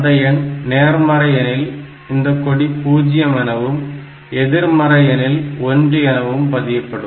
அந்த எண் நேர்மறை எனில் இந்தக் கொடி பூஜ்ஜியம் எனவும் எதிர்மறை எனில் ஒன்று எனவும் பதியப்படும்